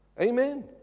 Amen